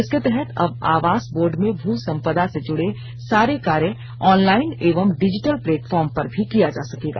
इसके तहत अब आवास बोर्ड में भू संपदा से जुड़े सारे कार्य ऑनलाइन एवं डिजिटल प्लेटफार्म पर भी किया जा सकेगा